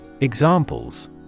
Examples